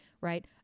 right